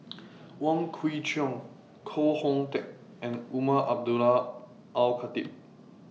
Wong Kwei Cheong Koh Hoon Teck and Umar Abdullah Al Khatib